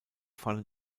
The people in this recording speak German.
fallen